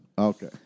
Okay